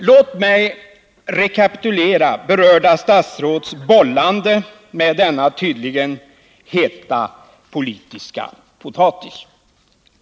Låt mig rekapitulera berörda statsråds bollande med denna tydligen heta politiska potatis.